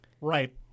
right